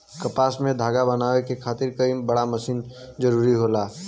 कपास से धागा बनावे में कताई मशीन बड़ा जरूरी होला